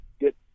get